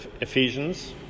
Ephesians